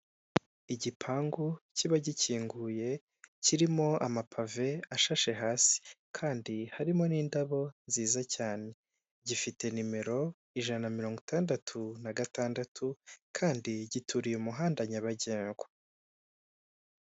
Igipangu kiba gikinguye kirimo amapave ashashe hasi kandi harimo n'indabo nziza cyane, gifite nimero ijana na mirongo itandatu na gatandatu, kandi gituriye umuhanda nyabagendwa.